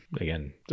again